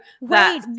Wait